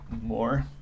more